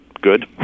good